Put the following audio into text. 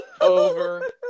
Over